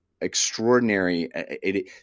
extraordinary